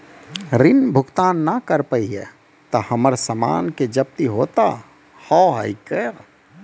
ऋण भुगतान ना करऽ पहिए तह हमर समान के जब्ती होता हाव हई का?